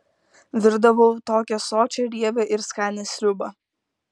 virdavau tokią sočią riebią ir skanią sriubą